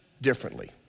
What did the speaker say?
differently